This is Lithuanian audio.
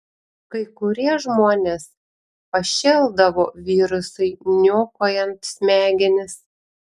kai kurie žmonės pašėldavo virusui niokojant smegenis